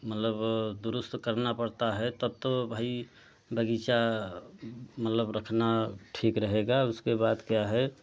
मतलब दुरुस्त करना पड़ता तब तो भाई बगीचा मतलब रखना ठीक रहेगा उसके बाद क्या है